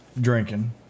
drinking